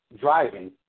driving